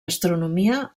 astronomia